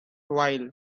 while